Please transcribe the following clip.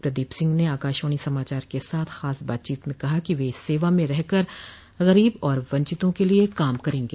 प्रदीप सिंह ने आकाशवाणी समाचार के साथ खास बातचीत में कहा कि वे इस सेवा में रहकर गरीब और वंचितों के लिए काम करेंगे